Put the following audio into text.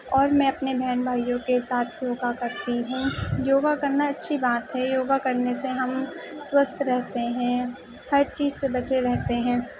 اور میں اپنے بہن بھائیوں کے ساتھ یوگا کرتی ہوں یوگا کرنا اچھی بات ہے یوگا کرنے سے ہم سوستھ رہتے ہیں ہر چیز سے بچے رہتے ہیں